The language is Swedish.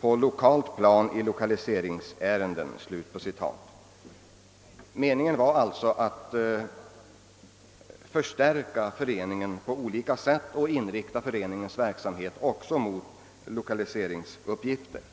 på lokalt plan i lokaliseringsstödsärenden». Meningen var alltså att förstärka föreningarna på olika sätt och inrikta deras verksamhet också mot lokaliseringsuppgifterna.